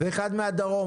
וראש רשות מהדרום,